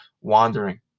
wandering